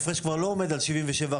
הוא כבר לא עומד על 77%,